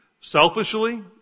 selfishly